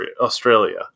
Australia